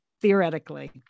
theoretically